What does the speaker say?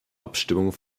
abstimmung